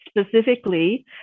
specifically